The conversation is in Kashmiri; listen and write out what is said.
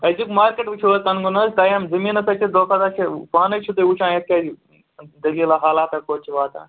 أزیُک مارکٮ۪ٹ وٕچھِو حظ تَنہٕ گوٚو نَہ حظ ٹایم زٔمیٖنَسَے چھُ دۄہ کھۄ دۄہ چھِ پانَے چھُو تُہۍ وٕچھان یَتھ کیٛاہ دٔلیٖلا حالاتا کوٚت چھِ واتان